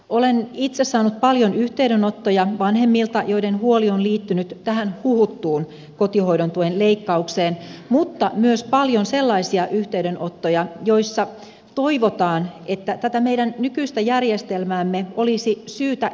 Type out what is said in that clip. olen itse saanut paljon yhteydenottoja vanhemmilta joiden huoli on liittynyt tähän huhuttuun kotihoidon tuen leikkaukseen mutta myös paljon sellaisia yhteydenottoja joissa toivotaan että tätä meidän nykyistä järjestelmäämme olisi syytä joustavoittaa